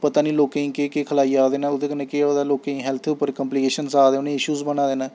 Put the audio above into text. पता निं लोकें गी केह् केह् खलाई जा दे न ओह्दे कन्नै केह् होआ दा लोकें गी हैल्थ उप्पर कंपलीकेशन्स आ दे उ'नें गी इशूज बना दे न